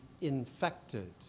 infected